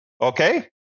okay